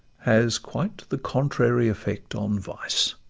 has quite the contrary effect on vice.